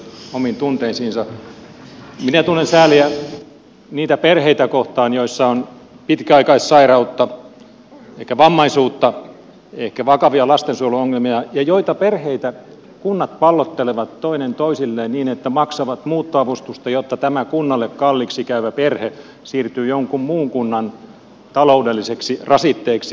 minä tunnen sääliä niitä perheitä kohtaan joissa on pitkäaikaissairautta ehkä vammaisuutta ehkä vakavia lastensuojeluongelmia ja joita kunnat pallottelevat toinen toisilleen niin että maksavat muuttoavustusta jotta tämä kunnalle kalliiksi käyvä perhe siirtyy jonkun muun kunnan taloudelliseksi rasitteeksi